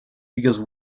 because